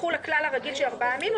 יחול הכלל הרגיל של ארבעה ימים,